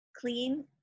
clean